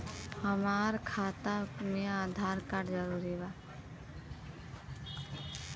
हमार खाता में आधार कार्ड जरूरी बा?